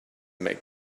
make